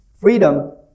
Freedom